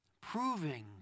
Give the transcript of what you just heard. proving